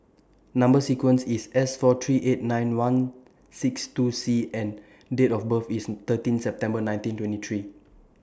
Number sequence IS S four three eight nine one six two C and Date of birth IS thirteen September nineteen twenty three